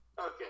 Okay